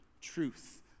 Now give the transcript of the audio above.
truth